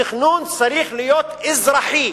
התכנון צריך להיות אזרחי,